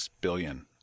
billion